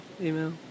Email